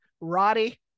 Roddy